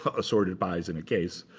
ah assorted buys in a case.